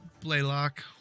Blaylock